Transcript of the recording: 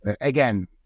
again